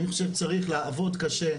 אני חושב שצריך לעבוד קשה.